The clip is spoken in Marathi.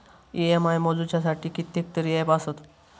इ.एम.आय मोजुच्यासाठी कितकेतरी ऍप आसत